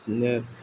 बिदिनो